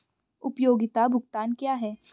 उपयोगिता भुगतान क्या हैं?